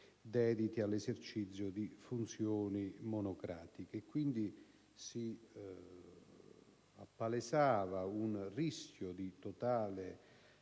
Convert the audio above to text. dediti all'esercizio di funzioni monocratiche. Quindi, si appalesava un rischio di totale